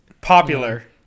Popular